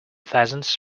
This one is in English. pheasants